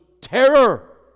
terror